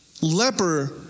leper